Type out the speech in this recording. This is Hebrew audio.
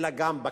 אלא גם בכנסת.